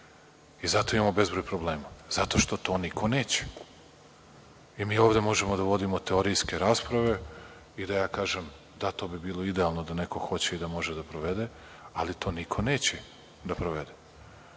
i zato imamo bezbroj problema, zato što to niko neće. Mi ovde možemo da vodimo teorijske rasprave i da ja kažem - da, to bi bilo idealno da neko hoće i da može da provede, ali to niko neće da provede.